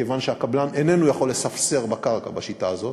כיוון שהקבלן איננו יכול לספסר בקרקע בשיטה הזאת,